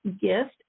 gift